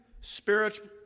spiritual